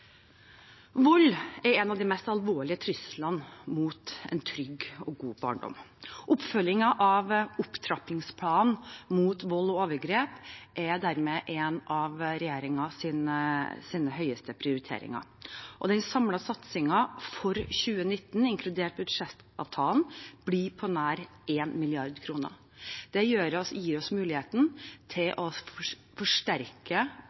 Vold er en av de mest alvorlige truslene mot en trygg og god barndom. Oppfølgingen av opptrappingsplanen mot vold og overgrep er dermed en av regjeringens høyeste prioriteringer. Den samlede satsingen for 2019, inkludert budsjettavtalen, blir på nær 1 mrd. kr. Det gir oss muligheten til å forsterke